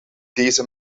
deze